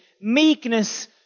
meekness